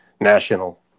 national